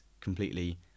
completely